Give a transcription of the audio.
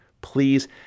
Please